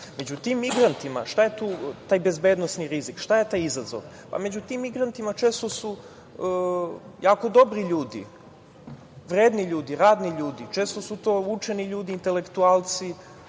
cilj.Među tim migrantima šta je taj bezbednosni rizik? Šta je taj izazov? Među tim migrantima često su jako dobri ljudi, vredni ljudi, radni ljudi, često su to učeni ljudi intelektualci.